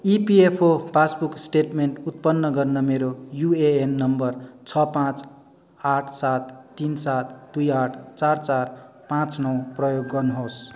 EPFO passbook statement उत्पन्न गर्न मेरो युएएन नम्बर छ पाँच आठ सात तिन सात दुई आठ चार चार पाँच नौ प्रयोग गर्नुहोस्